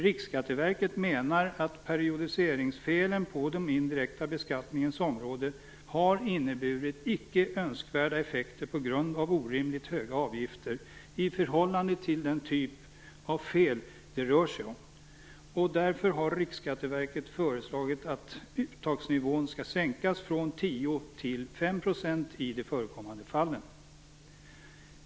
Riksskatteverket menar att periodiseringsfelen på den indirekta beskattningens område har inneburit icke önskvärda effekter på grund av orimligt höga avgifter i förhållande till den typ av fel det rör sig om. Därför har Riksskatteverket föreslagit att uttagsnivån skall sänkas från 10 till 5 % i de förekommande fallen.